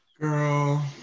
Girl